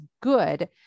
good